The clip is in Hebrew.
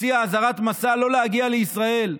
הוציאה אזהרת מסע לא להגיע לישראל,